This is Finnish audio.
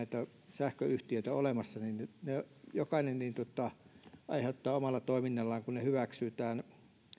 sähköyhtiöitä olemassa aiheuttaa omalla toiminnallaan kun he hyväksyvät tämän